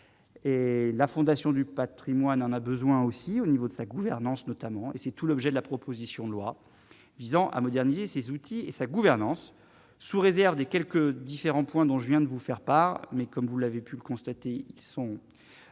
et la Fondation du Patrimoine en a besoin, aussi, au niveau de sa gouvernance notamment, et c'est tout l'objet de la proposition de loi visant à moderniser ses outils et sa gouvernance, sous réserve de quelques différents points dont je viens de vous faire part, mais comme vous l'avez pu le constater : ils sont